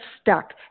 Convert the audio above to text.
stuck